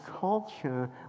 culture